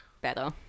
better